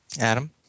Adam